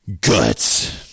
guts